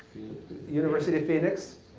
university of phoenix.